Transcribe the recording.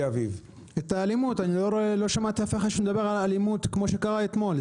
לא שמעתי אף אחד מדבר על האלימות שהייתה אתמול.